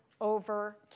over